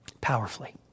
powerfully